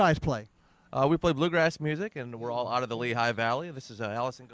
guys play we play bluegrass music and we're all out of the lehigh valley this is allison